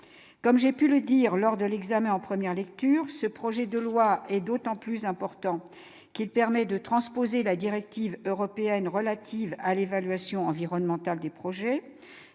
comme j'ai pu le dire lors de l'examen en première lecture ce projet de loi est d'autant plus important qu'il permet de transposer la directive européenne relative à l'évaluation environnementale des projets